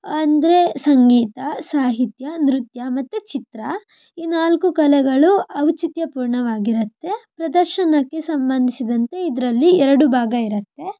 ಅಂದರೆ ಸಂಗೀತ ಸಾಹಿತ್ಯ ನೃತ್ಯ ಮತ್ತು ಚಿತ್ರ ಈ ನಾಲ್ಕು ಕಲೆಗಳು ಔಚಿತ್ಯಪೂರ್ಣವಾಗಿರುತ್ತೆ ಪ್ರದರ್ಶನಕ್ಕೆ ಸಂಬಂಧಿಸಿದಂತೆ ಇದರಲ್ಲಿ ಎರಡು ಭಾಗ ಇರುತ್ತೆ